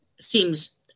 seems